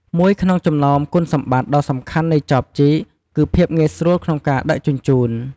មួយក្នុងចំណោមគុណសម្បត្តិដ៏សំខាន់នៃចបជីក គឺភាពងាយស្រួលក្នុងការដឹកជញ្ជូន។